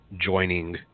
joining